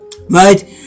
right